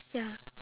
ya